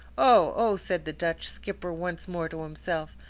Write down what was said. oh! oh! said the dutch skipper once more to himself,